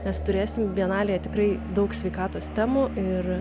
mes turėsim bienalėj tikrai daug sveikatos temų ir